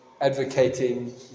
advocating